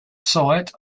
site